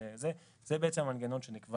זה בעצם המנגנון שנקבע